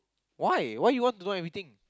why why you want to know everything